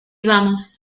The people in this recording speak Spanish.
vamos